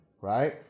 right